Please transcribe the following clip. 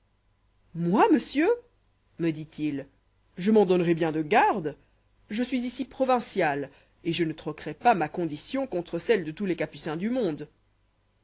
moi monsieur me dit-il je m'en donnerai bien de garde je suis ici provincial et je ne troquerois pas ma condition contre celle de tous les capucins du monde